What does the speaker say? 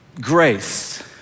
grace